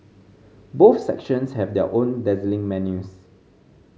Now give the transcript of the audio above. both sections have their own dazzling menus